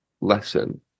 lesson